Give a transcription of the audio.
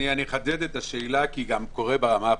אני אחדד את השאלה כי היא קורית גם ברמה הפרקטית.